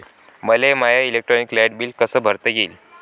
मले माय electric light bill कस भरता येईल?